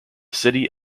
city